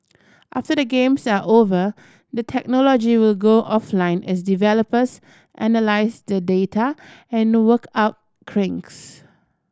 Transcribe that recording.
after the Games are over the technology will go offline as developers analyse the data and work out kinks